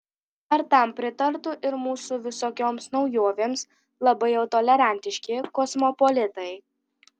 ar tam pritartų ir mūsų visokioms naujovėms labai jau tolerantiški kosmopolitai